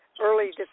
early